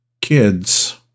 kids